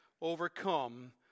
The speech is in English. overcome